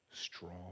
strong